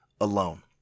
alone